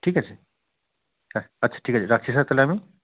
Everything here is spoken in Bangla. ঠিক আছে হ্যাঁ আচ্ছা ঠিক আছে রাখছি স্যার তাহলে আমি